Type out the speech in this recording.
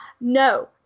No